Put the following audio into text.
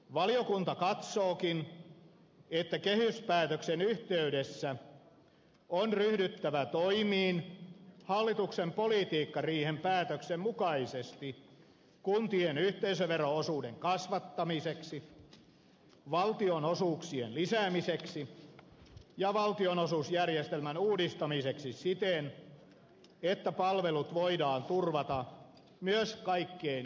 valiokunta katsookin että kehyspäätöksen yhteydessä on ryhdyttävä toimiin hallituksen politiikkariihen päätöksen mukaisesti kuntien yhteisövero osuuden kasvattamiseksi valtionosuuksien lisäämiseksi ja valtionosuusjärjestelmän uudistamiseksi siten että palvelut voidaan turvata myös kaikkein ongelmallisimmilla alueilla